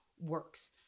works